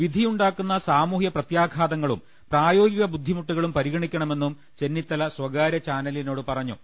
പിധിയുണ്ടാക്കുന്ന സാമൂഹ്യപ്രത്യാഘാത ങ്ങളും പ്രായോഗിക ബുദ്ധിമുട്ടുകളും പരിഗണിക്കണമെന്നും ചെന്നിത്തല സ്വകാര്യ ചാനലിനോട് പറഞ്ഞു